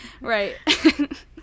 right